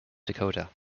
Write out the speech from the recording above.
dakota